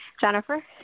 Jennifer